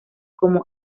como